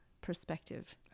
perspective